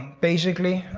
basically.